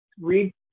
read